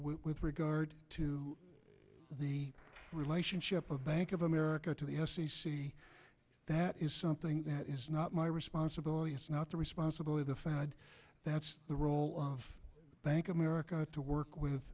with regard to the relationship of bank of america to the f c c that is something that is not my responsibility it's not the responsibility the fed that's the role of bank of america to work with